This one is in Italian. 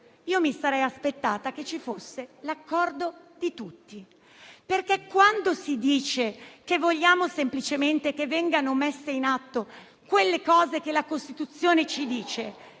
mi sarei aspettata che ci fosse l'accordo di tutti, perché quando si dice che vogliamo semplicemente che venga messo in atto il dettato costituzionale,